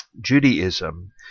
Judaism